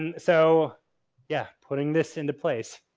and so yeah, putting this into place.